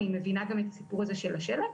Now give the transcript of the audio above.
אני מבינה גם את הסיפור הזה של השלט,